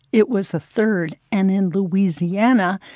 it was a third. and in louisiana,